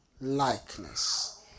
likeness